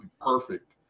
perfect